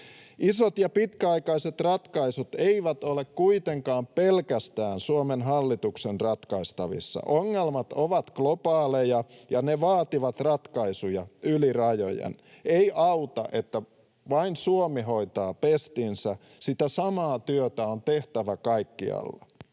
Isot ja pitkäaikaiset ratkaisut eivät ole kuitenkaan pelkästään Suomen hallituksen ratkaistavissa. Ongelmat ovat globaaleja, ja ne vaativat ratkaisuja yli rajojen. Ei auta, että vain Suomi hoitaa pestinsä. Sitä samaa työtä on tehtävä kaikkialla.